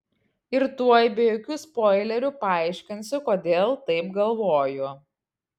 ir tuoj be jokių spoilerių paaiškinsiu kodėl taip galvoju